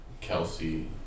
Kelsey